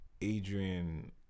Adrian